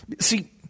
See